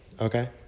okay